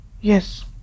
yes